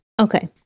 Okay